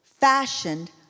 fashioned